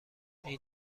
این